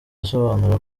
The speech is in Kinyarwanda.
asobanura